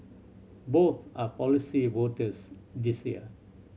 both are policy voters this year